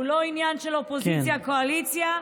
וזה לא עניין של אופוזיציה קואליציה,